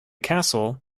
castle